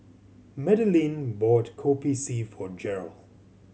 Madeleine bought Kopi C for Jeryl